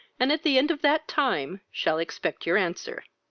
and at the end of that time shall expect your answer.